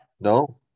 no